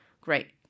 Great